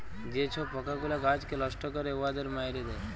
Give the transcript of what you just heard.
যে ছব পকাগুলা গাহাচকে লষ্ট ক্যরে উয়াদের মাইরে দেয়